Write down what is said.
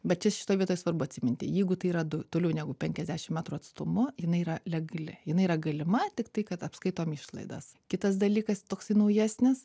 bet čia šitoj vietoj svarbu atsiminti jeigu tai yra du toliau negu penkiasdešim metrų atstumu jinai yra legali jinai yra galima tik tai kad apskaitom išlaidas kitas dalykas toksai naujesnis